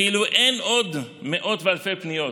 כאילו אין עוד מאות ואלפי פניות,